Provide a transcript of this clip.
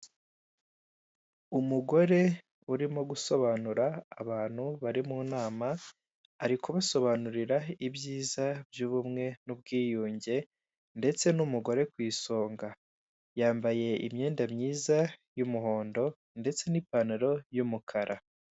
Umugore urimo gusobanura abantu bari mu nama, ari kubasobanurira ibyiza by'ubumwe n'ubwiyunge ndetse umugore ku isonga. Yambaye imyenda myiza y'umuhondo ndetse n'ipantaro y'umukara.